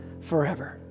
forever